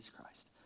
Christ